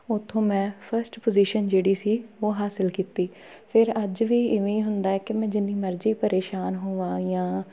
ਉੱਥੋਂ ਮੈਂ first position ਜਿਹੜੀ ਸੀ ਉਹ ਹਾਸਿਲ ਕੀਤੀ ਫਿਰ ਅੱਜ ਵੀ ਇਵੇਂ ਹੀ ਹੁੰਦਾ ਕਿ ਮੈਂ ਜਿੰਨੀ ਮਰਜ਼ੀ ਪਰੇਸ਼ਾਨ ਹੋਵਾਂ ਜਾਂ